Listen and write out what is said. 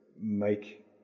make